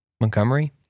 Montgomery